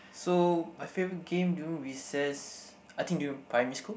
so my favorite game during recess I think during primary school